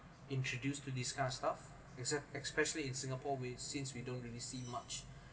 introduced to this kind of stuff ist~ especially in singapore we since we don't really see much